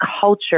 culture